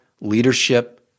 leadership